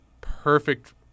perfect